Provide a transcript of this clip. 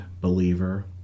believer